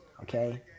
okay